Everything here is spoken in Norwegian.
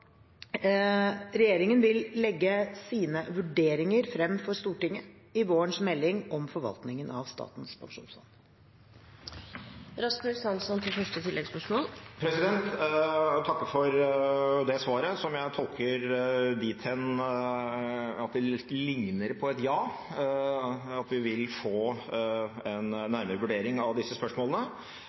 Regjeringen vil legge sine vurderinger frem for Stortinget i vårens melding om forvaltningen av Statens pensjonsfond. Jeg takker for det svaret, som jeg tolker dit hen at ligner på et ja – at vi vil få en nærmere vurdering av disse spørsmålene.